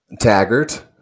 Taggart